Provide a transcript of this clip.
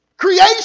Creation